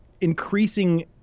increasing